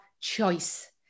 choice